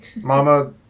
Mama